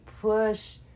push